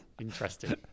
Interesting